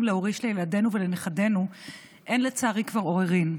להוריש לילדינו ולנכדינו לצערי כבר אין עוררין,